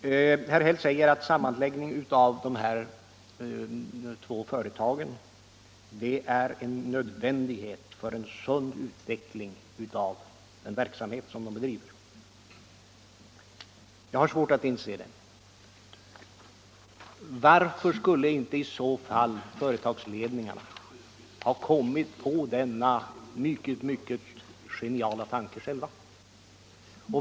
Herr Häll säger att sammanslagning av de här två företagen är en nödvändighet för en sund utveckling av den verksamhet som de bedriver. Jag har svårt att inse det. Varför skulle inte i så fall företagsledningarna själva ha kommit på denna mycket, mycket geniala tanke?